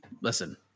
listen